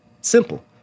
Simple